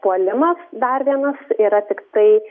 puolimas dar vienas yra tiktai